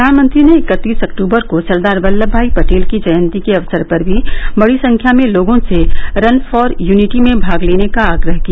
प्रधानमंत्री ने इक्कतीस अक्टूबर को सरदार वल्लभ भाई पटेल की जयंती के अवसर पर भी बड़ी संख्या में लोगों से रन फॉर यूनिटी में भाग लेने का आग्रह किया